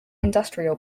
industrial